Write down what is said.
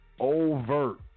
overt